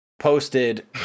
posted